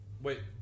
Wait